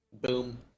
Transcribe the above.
boom